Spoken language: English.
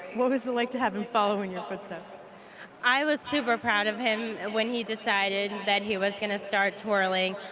what was it like to have him follow in your footsteps? alyssa i was super proud of him and when he decided that he was gonna start twirling.